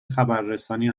خبررسانی